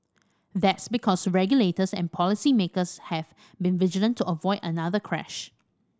that's because regulators and policy makers have vigilant to avoid another crash